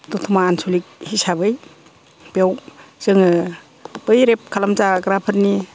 दथमा आन्सलिक हिसाबै बेयाव जोङो बै रेप खालामजाग्राफोरनि